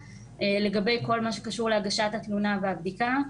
לגבי כל מה שקשור להגשת התלונה והבדיקה.